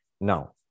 Now